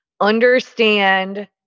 understand